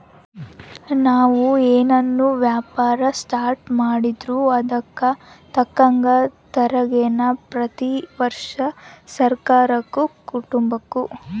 ನಾವು ಏನನ ವ್ಯಾಪಾರ ಸ್ಟಾರ್ಟ್ ಮಾಡಿದ್ರೂ ಅದುಕ್ ತಕ್ಕಂಗ ತೆರಿಗೇನ ಪ್ರತಿ ವರ್ಷ ಸರ್ಕಾರುಕ್ಕ ಕಟ್ಟುಬಕು